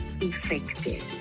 infected